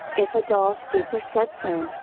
if a dull stupor sets in,